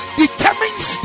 determines